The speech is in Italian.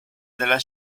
della